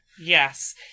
Yes